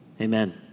Amen